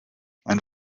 man